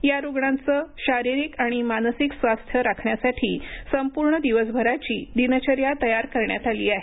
या रुग्णांचं शारीरिक आणि मानसिक स्वास्थ्य राखण्यासाठी संपूर्ण दिवसभराची दिनचर्या तयार करण्यात आली आहे